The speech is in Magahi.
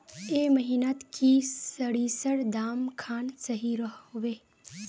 ए महीनात की सरिसर दाम खान सही रोहवे?